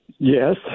Yes